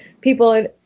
People